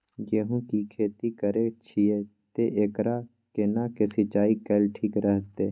गेहूं की खेती करे छिये ते एकरा केना के सिंचाई कैल ठीक रहते?